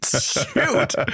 Shoot